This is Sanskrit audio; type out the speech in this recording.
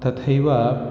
तथैव